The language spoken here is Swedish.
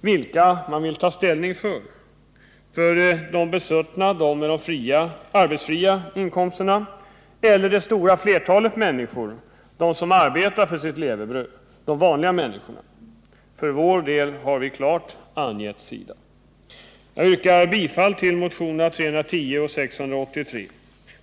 vilka man vill ta ställning för: De besuttna — de med arbetsfria inkomster — eller det stora flertalet människor, de som arbetar för sitt levebröd, de vanliga människorna. För vår del har vi klart angett vilken sida vi står på. Jag yrkar bifall till motionerna 310 och 683.